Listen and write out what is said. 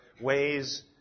ways